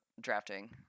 drafting